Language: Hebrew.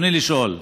רצוני לשאול: